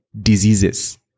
diseases